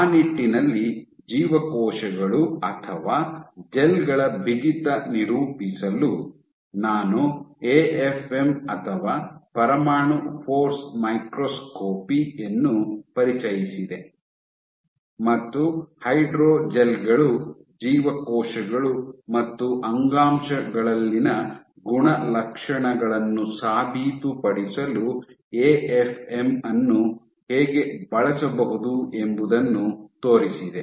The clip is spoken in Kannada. ಆ ನಿಟ್ಟಿನಲ್ಲಿ ಜೀವಕೋಶಗಳು ಅಥವಾ ಜೆಲ್ ಗಳ ಬಿಗಿತ ನಿರೂಪಿಸಲು ನಾನು ಎಎಫ್ಎಂ ಅಥವಾ ಪರಮಾಣು ಫೋರ್ಸ್ ಮೈಕ್ರೋಸ್ಕೋಪಿ ಯನ್ನು ಪರಿಚಯಿಸಿದೆ ಮತ್ತು ಹೈಡ್ರೋಜೆಲ್ ಗಳು ಜೀವಕೋಶಗಳು ಮತ್ತು ಅಂಗಾಂಶಗಳಲ್ಲಿನ ಗುಣಲಕ್ಷಣಗಳನ್ನು ಸಾಬೀತುಪಡಿಸಲು ಎಎಫ್ಎಂ ಅನ್ನು ಹೇಗೆ ಬಳಸಬಹುದು ಎಂಬುದನ್ನು ತೋರಿಸಿದೆ